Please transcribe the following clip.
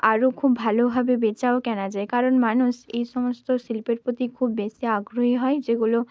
আরও খুব ভালোভাবে বেচা ও কেনা যায় কারণ মানুষ এই সমস্ত শিল্পের প্রতি খুব বেশি আগ্রহী হয় যেগুলো